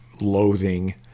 loathing